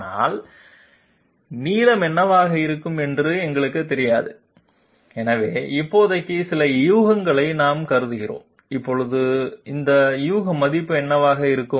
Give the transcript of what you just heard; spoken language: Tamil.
ஆனால் நீளம் என்னவாக இருக்கும் என்று எங்களுக்குத் தெரியாது எனவே இப்போதைக்கு சில யூகங்களை நாம் கருதுகிறோம் இப்போது இந்த யூக மதிப்பு என்னவாக இருக்கும்